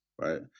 right